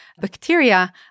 bacteria